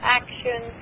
action